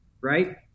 right